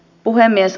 puhemies